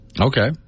Okay